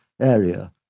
area